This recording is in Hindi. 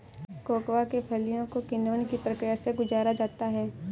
कोकोआ के फलियों को किण्वन की प्रक्रिया से गुजारा जाता है